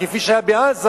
כפי שהיה בעזה,